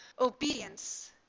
obedience